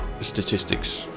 statistics